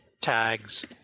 tags